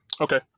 Okay